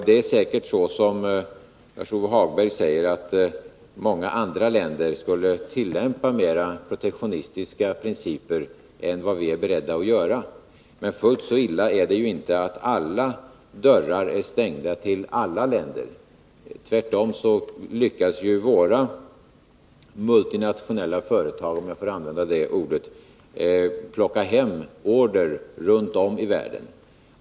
Det är säkert så som Lars-Ove Hagberg säger, att många andra länder skulle tillämpa mera protektionistiska principer än vad vi är beredda att göra. Men fullt så illa är det ju inte att alla dörrar är stängda till alla länder. Tvärtom lyckas våra multinationella företag — om jag får använda det ordet — plocka hem order runt om i världen.